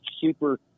super